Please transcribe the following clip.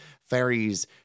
fairies